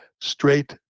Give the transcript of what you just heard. straight